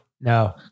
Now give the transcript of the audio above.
No